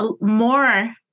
more